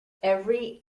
every